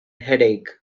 headache